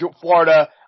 Florida